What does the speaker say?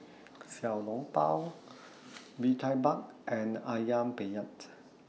Xiao Long Bao Bee Tai Mak and Ayam Penyet